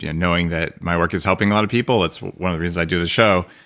you know knowing that my work is helping a lot of people, it's one of the reasons i do the show.